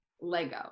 Lego